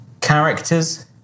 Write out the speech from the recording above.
characters